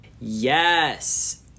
Yes